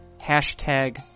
hashtag